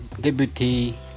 deputy